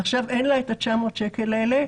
עכשיו אין לה את ה-900 שקל האלה,